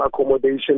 accommodation